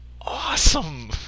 awesome